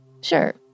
Sure